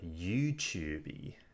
YouTube-y